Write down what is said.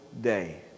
day